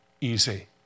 easy